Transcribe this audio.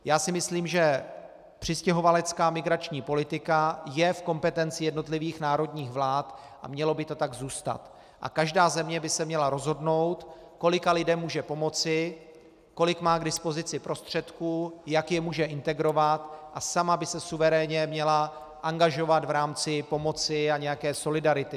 Já si myslím, že přistěhovalecká migrační politika je v kompetenci jednotlivých národních vlád a mělo by to tak zůstat a každá země by se měla rozhodnout, kolika lidem může pomoci, kolik má k dispozici prostředků, jak je může integrovat, a sama by se suverénně měla angažovat v rámci pomoci a nějaké solidarity.